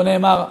שבו נאמר: